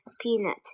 peanut